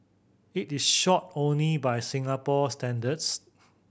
it is short only by Singapore standards